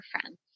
friends